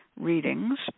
readings